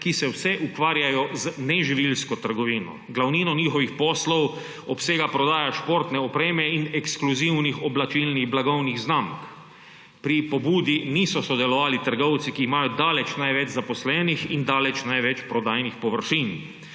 ki se vse ukvarjajo z neživilsko trgovino. Glavnina njihovih poslov obsega prodaja športne opreme in ekskluzivnih oblačilnih blagovnih znamk. Pri pobudi niso sodelovali trgovci, ki imajo daleč največ zaposlenih in daleč največ prodajnih površin.